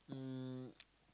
um